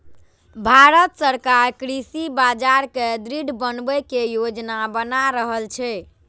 भांरत सरकार कृषि बाजार कें दृढ़ बनबै के योजना बना रहल छै